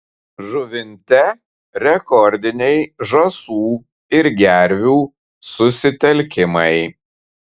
žuvinte rekordiniai žąsų ir gervių susitelkimai